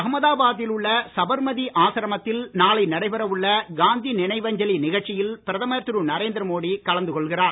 அகமதாபாத்தில் உள்ள சபர்மதி ஆசிரமத்தில் நாளை நடைபெற உள்ள காந்தி நினைவஞ்சலி நிகழ்ச்சியில் பிரதமர் திரு நரேந்திரமோடி கலந்து கொள்கிறார்